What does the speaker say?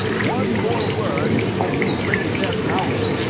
one more word and you leave this house.